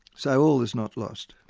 so all is not lost.